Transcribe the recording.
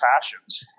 passions